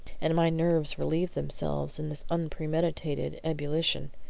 and my nerves relieved themselves in this unpremeditated ebullition,